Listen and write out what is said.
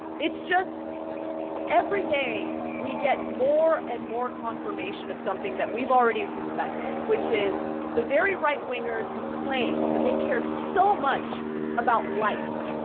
it's just every day we get more and more confirmation of something that we've already suspected, which is the very right wingers who claimed that they cared so much about life.